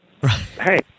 hey